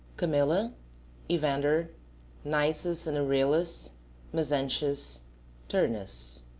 camilla evander nisus and euryalus mezentius turnus